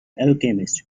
alchemist